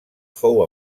fou